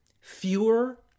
fewer